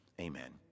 Amen